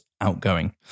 outgoing